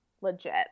legit